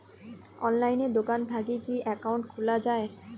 অনলাইনে দোকান থাকি কি একাউন্ট খুলা যায়?